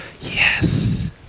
Yes